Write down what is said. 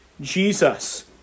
Jesus